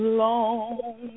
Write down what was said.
long